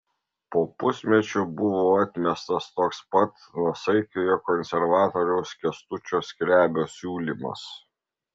po pusmečio buvo atmestas toks pat nuosaikiojo konservatoriaus kęstučio skrebio siūlymas